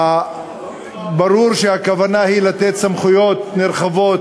ברור שהכוונה היא לתת סמכויות נרחבות